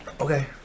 Okay